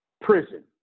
prison